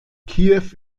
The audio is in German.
kiew